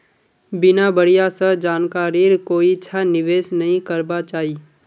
बिना बढ़िया स जानकारीर कोइछा निवेश नइ करबा चाई